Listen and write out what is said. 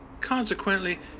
Consequently